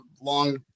long